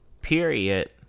period